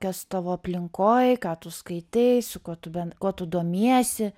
kas tavo aplinkoj ką tu skaitei su kuo tu kuo tu domiesi